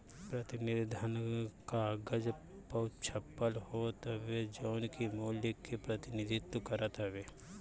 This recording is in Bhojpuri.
प्रतिनिधि धन कागज पअ छपल होत हवे जवन की मूल्य के प्रतिनिधित्व करत हवे